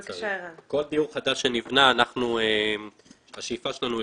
כל דיור חדש שנבנה, השאיפה שלנו היא